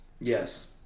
Yes